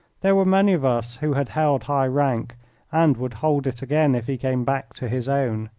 there were many of us who had held high rank and would hold it again if he came back to his own.